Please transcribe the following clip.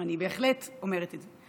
אני בהחלט אומרת את זה.